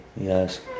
Yes